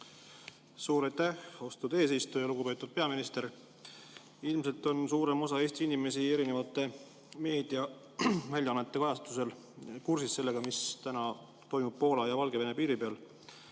Suur aitäh, austatud eesistuja! Lugupeetud peaminister! Ilmselt on suurem osa Eesti inimestest erinevate meediaväljaannete vahendusel kursis sellega, mis täna toimub Poola ja Valgevene piiril.